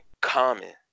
common